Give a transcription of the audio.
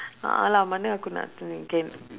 a'ah lah mana aku